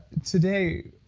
today,